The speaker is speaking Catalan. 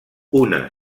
una